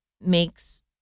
makes